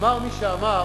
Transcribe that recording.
אמר מי שאמר: